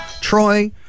Troy